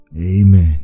Amen